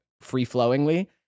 free-flowingly